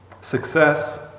success